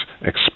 expect